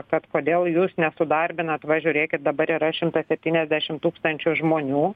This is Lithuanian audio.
kad kodėl jūs nesudarbinat va žiūrėkit dabar yra šimtas septyniasdešim tūkstančių žmonių